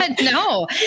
No